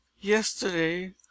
yesterday